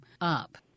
up